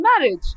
marriage